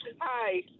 Hi